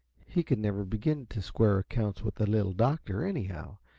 he could never begin to square accounts with the little doctor, anyhow,